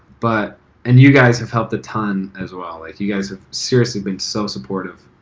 but and you guys have helped a ton as well. like you guys have seriously been so supportive,